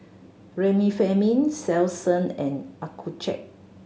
Remifemin Selsun and Accucheck